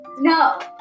no